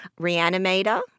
reanimator